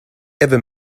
ever